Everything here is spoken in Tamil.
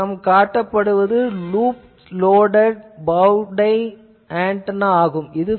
இது தயாரிக்கப்பட்ட loop loaded bow tie antenna ஆகும்